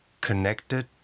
connected